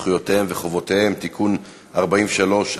זכויותיהם וחובותיהם (תיקון מס' 43),